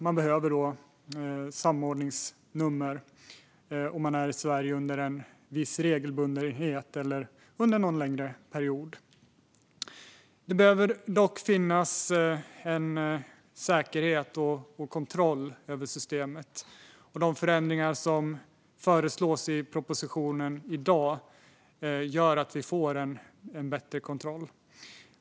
De behöver då samordningsnummer om de är i Sverige med en viss regelbundenhet eller under någon längre period. Det behöver dock finnas en säkerhet och kontroll över systemet. De förändringar som föreslås i propositionen i dag gör att vi får en bättre kontroll.